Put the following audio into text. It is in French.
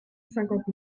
cinquante